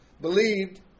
believed